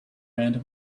end